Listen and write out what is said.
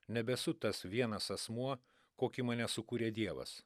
nebesu tas vienas asmuo kokį mane sukūrė dievas